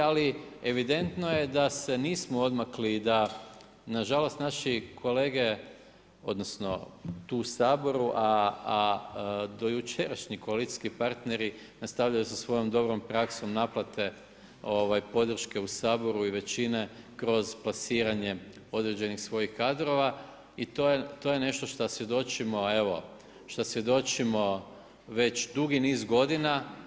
Ali evidentno je da se nismo odmakli, ali nažalost naši kolege, odnosno tu u Saboru, a do jučerašnji koalicijski partneri nastavljaju sa svojom dobrom praksom naplate podrške u Saboru i većine kroz plasiranje određenih svojih kadrova i to je nešto što svjedočimo već dugi niz godina.